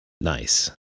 Nice